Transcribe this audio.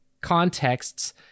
contexts